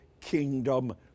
kingdom